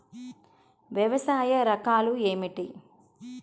వ్యవసాయ రకాలు ఏమిటి?